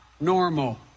normal